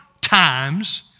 times